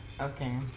Okay